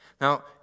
Now